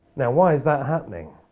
now why is that happening?